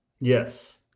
Yes